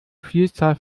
vielzahl